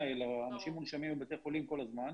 אלא אנשים מונשמים בבתי חולים כול הזמן.